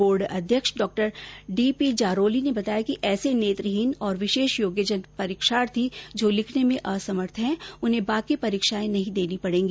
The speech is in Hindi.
बोर्ड अध्यक्ष डॉ डीपी जारोली ने बताया कि ऐसे नेत्रहीन और विशेषयोग्यजन परीक्षार्थी जो लिखने में असमर्थ है उन्हें बाकी परीक्षाएं नहीं देनी पडेगी